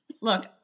Look